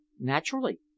Naturally